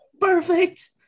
perfect